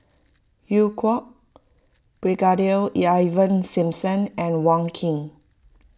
Eu Kong Brigadier Ivan Simson and Wong Keen